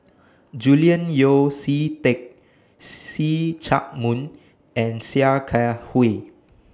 Julian Yeo See Teck See Chak Mun and Sia Kah Hui